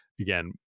again